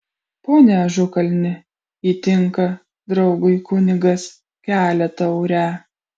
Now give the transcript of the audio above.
pone ažukalni įtinka draugui kunigas kelia taurę